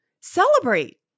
celebrate